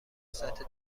سطح